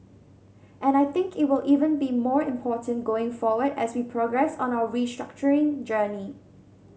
and I think it will even be more important going forward as we progress on our restructuring journey